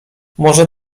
może